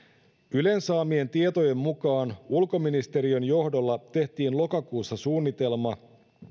ylen saamien tietojen mukaan ulkoministeriön johdolla tehtiin lokakuussa suunnitelma